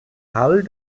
hull